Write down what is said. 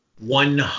one